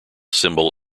symbol